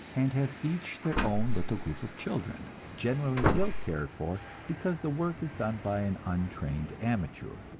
and have each their own little group of children, generally ill cared for, because the work is done by an untrained amateur.